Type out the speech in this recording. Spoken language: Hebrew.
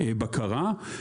הבקרה.